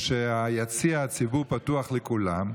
זה שיציע הציבור פתוח לכולם.